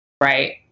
right